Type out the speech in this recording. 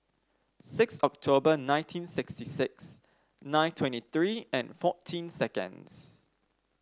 six October nineteen sixty six nine twenty three and forty seconds